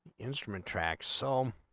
instrument tracks sold